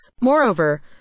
Moreover